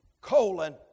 colon